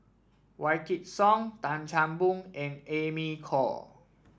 Wykidd Song Tan Chan Boon and Amy Khor